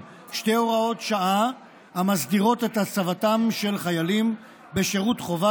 שתי הוראות שעה המסדירות את הצבתם של חיילים בשירות חובה